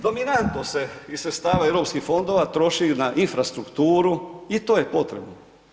Dominantno se iz sredstava EU fondova troši na infrastrukturu i to je potrebno.